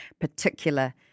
particular